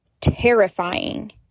terrifying